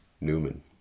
Newman